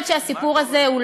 שהביאה עלינו קלון, לא